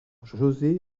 josé